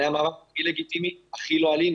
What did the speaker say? זה היה מאבק לגיטימי לא אלים,